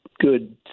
good